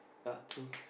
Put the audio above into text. ya true